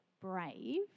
brave